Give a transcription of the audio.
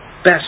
best